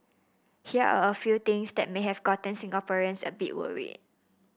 here are a few things that may have gotten Singaporeans a bit worried